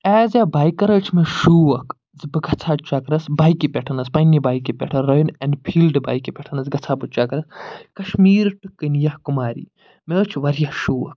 as اےٚ biker حظ چھُ مےٚ شوق زِ بہٕ گژھہٕ ہا چَکرَس بایکہِ پٮ۪ٹھ پَننہِ بایکہِ پٮ۪ٹھ رویَل ایٚنفٮیٖلڈٕ بایکہِ پٮ۪ٹھ حظ گژھہٕ ہا بہٕ چَکرَس کَشمیٖر ٹُو کٔنیاکُماری مےٚ حظ چھُ واریاہ شوق